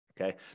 Okay